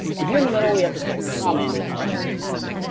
and here in the middle, we have this little comment of app.